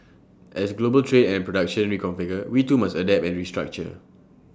as global trade and production reconfigure we too must adapt and restructure